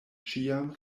ĉiam